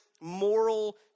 moral